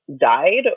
died